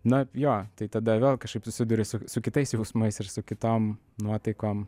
na jo tai tada vėl kažkaip susiduri su su kitais jausmais ir su kitom nuotaikom